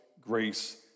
grace